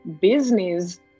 business